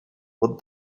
but